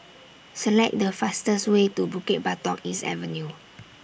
Select The fastest Way to Bukit Batok East Avenue